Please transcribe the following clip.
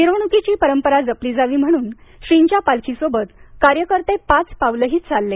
मिरवणूकीची परंपरा जपली जावी म्हणून श्रींच्या पालखीसोबत कार्यकर्ते पाच पावलंही चालले